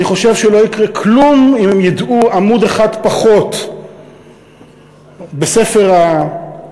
אני חושב שלא יקרה כלום אם הם ידעו עמוד אחד פחות בספר התנ"ך,